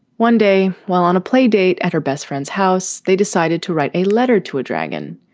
one day, while on a play date at her best friend's house, they decided to write a letter to a dragon.